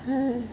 হ্যাঁ